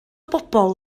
bobl